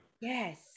yes